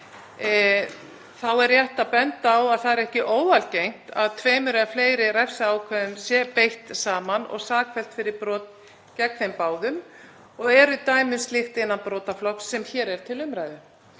Þá er rétt að benda á að það er ekki óalgengt að tveimur eða fleiri refsiákvæðum sé beitt saman og sakfellt fyrir brot gegn þeim báðum og eru dæmi um slíkt innan brotaflokks sem hér er til umræðu